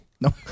No